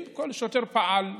אם כל שוטר פעל כנדרש,